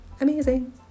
Amazing